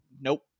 nope